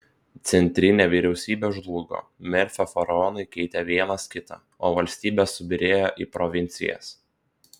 centrinė vyriausybė žlugo merfio faraonai keitė vienas kitą o valstybė subyrėjo į provincijas